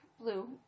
blue